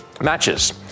matches